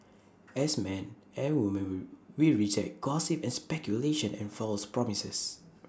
as men and woman we we reject gossip and speculation and false promises